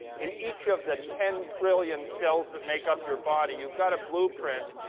in each of the ten trillion cells that make up your body, you've got a blueprint,